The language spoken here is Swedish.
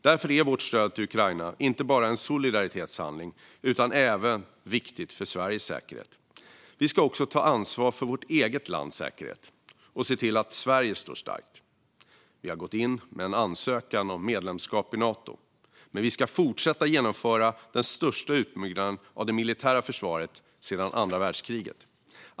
Därför är vårt stöd till Ukraina inte bara en solidaritetshandling utan även viktigt för Sveriges säkerhet. Vi ska också ta ansvar för vårt eget lands säkerhet och se till att Sverige står starkt. Vi har lämnat in en ansökan om medlemskap i Nato. Men vi ska fortsätta genomföra den största utbyggnaden av det militära försvaret sedan andra världskriget.